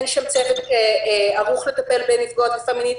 אין שם צוות ערוך לטפל בנפגעות תקיפה מינית.